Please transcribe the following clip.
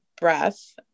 breath